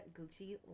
Gucci